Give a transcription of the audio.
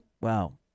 wow